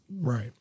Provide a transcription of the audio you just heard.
Right